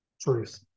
truth